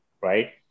right